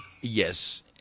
Yes